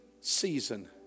season